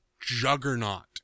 juggernaut